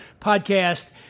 podcast